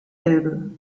elbe